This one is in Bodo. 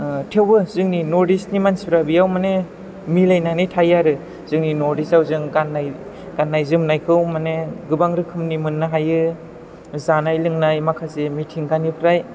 थेवबो जोंनि नर्थ इस्टनि मानसिफ्रा बेयाव माने मिलायनानै थायो आरो जोंनि नर्थ इस्टआव जों गाननाय गाननाय जोमनायखौ माने गोबां रोखोमनि मोननो हायो जानाय लोंनाय माखासे मिथिंगानिफ्राय